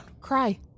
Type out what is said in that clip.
Cry